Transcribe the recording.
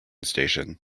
station